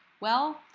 well,